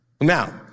Now